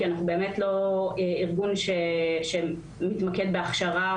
כי אנחנו באמת לא ארגון שמתמקד בהכשרה